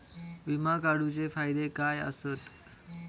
विमा काढूचे फायदे काय आसत?